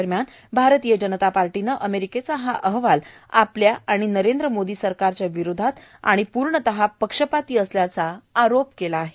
दरम्यान भारतीय जनता पार्टीनं अमेरिकेचा हा अहवाल आपल्या आणि नरेंद्र मोदी सरकारच्या विरोधात आणि पूर्णतः पक्षपात करण्याचा असल्याचा आरोप केला आहे